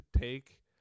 take